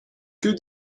que